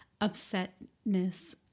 upsetness